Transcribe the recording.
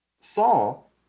Saul